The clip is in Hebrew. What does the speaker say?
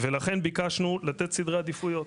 ולכן ביקשנו לתת סדרי עדיפויות.